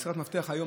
מסירת מפתח היום,